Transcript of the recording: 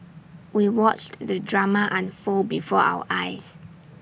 we watched the drama unfold before our eyes